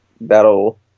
that'll